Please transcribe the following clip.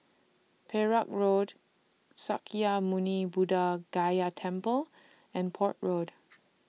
Perak Road Sakya Muni Buddha Gaya Temple and Port Road